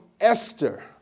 Esther